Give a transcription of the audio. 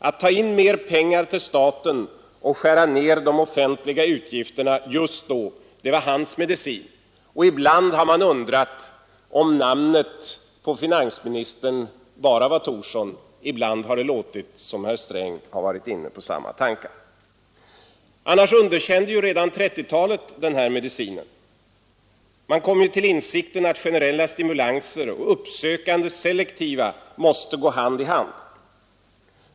Att ta in mer pengar till staten och skära ner de offentliga utgifterna just då, det var hans medicin. Och ibland har man undrat om namnet på finansministern bara var Thorsson; då och då har det låtit som om herr Sträng varit inne på samma tankegångar. Redan 1930-talet underkände den medicinen. Man kom till insikten att generella stimulanser och uppsökande, selektiva stimulanser måste gå hand i hand.